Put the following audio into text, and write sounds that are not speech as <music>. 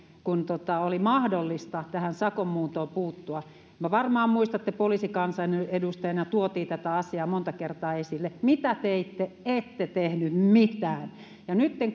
kun oli mahdollista tähän sakon muuntoon puuttua varmaan muistatte me poliisikansanedustajina tuotiin tätä asiaa monta kertaa esille mitä teitte ette tehneet mitään ja nytten <unintelligible>